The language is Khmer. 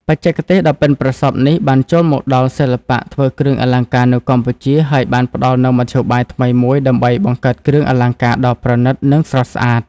បច្ចេកទេសដ៏ប៉ិនប្រសប់នេះបានចូលមកដល់សិល្បៈធ្វើគ្រឿងអលង្ការនៅកម្ពុជា ហើយបានផ្តល់នូវមធ្យោបាយថ្មីមួយដើម្បីបង្កើតគ្រឿងអលង្ការដ៏ប្រណិត និងស្រស់ស្អាត។